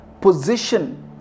position